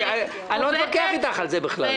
אני לא מתווכח אתך על זה בכלל.